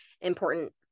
important